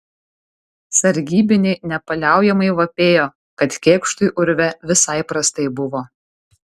sargybiniai nepaliaujamai vapėjo kad kėkštui urve visai prastai buvo